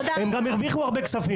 הם גם הרוויחו הרבה כסף.